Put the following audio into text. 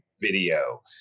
video